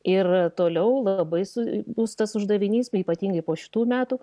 ir toliau labai su bus tas uždavinys o ypatingai po šitų metų